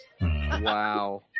Wow